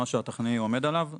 מה שהטכנאי עומד עליו.